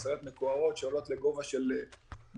משאיות מקוערות שעולות לגובה של מטוסים,